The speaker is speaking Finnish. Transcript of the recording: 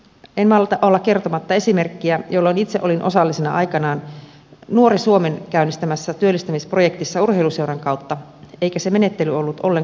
en malta olla kertomatta esimerkkiä jolloin itse olin osallisena aikanaan nuoren suomen käynnistämässä työllistämisprojektissa urheiluseuran kautta eikä se menettely ollut ollenkaan hankalaa